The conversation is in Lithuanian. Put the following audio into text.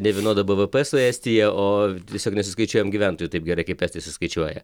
nevienodą bvp su estija o tiesiog nesuskaičiuojam gyventojų taip gerai kaip estai suskaičiuoja